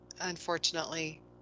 unfortunately